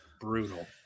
brutal